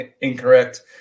incorrect